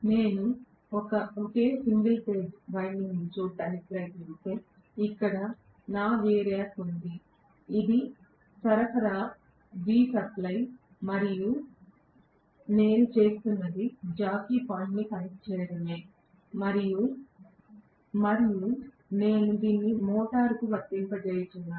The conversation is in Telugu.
నేను ఒకే సింగిల్ ఫేజ్ వైండింగ్ను చూడటానికి ప్రయత్నిస్తే ఇక్కడ నా వేరియాక్ ఉంది ఇది విద్యుత్ సరఫరా Vsupply మరియు నేను చేస్తున్నది జాకీ పాయింట్ను కనెక్ట్ చేయడమే మరియు నేను దీన్ని మోటారుకు వర్తింపజేయబోతున్నాను